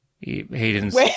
Hayden's